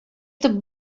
итеп